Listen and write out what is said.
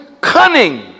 cunning